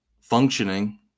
functioning